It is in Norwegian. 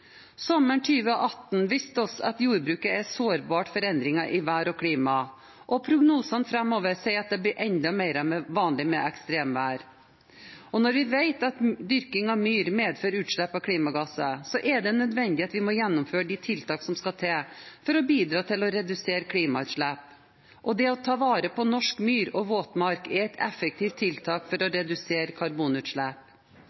Sommeren 2018 viste oss at jordbruket er sårbart for endringer i vær og klima, og prognosene framover sier at det vil bli mer vanlig med ekstremvær fremover. Når vi vet at dyrking av myr medfører utslipp av klimagasser, er det nødvendig at vi må gjennomføre de tiltak som skal til for å bidra til å redusere klimautslipp. Og det å ta vare på norsk myr og våtmark er et effektivt tiltak for å